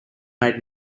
made